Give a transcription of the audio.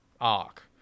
arc